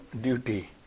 duty